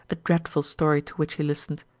a dreadful story to which he listened.